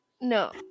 No